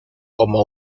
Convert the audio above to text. como